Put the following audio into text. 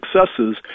successes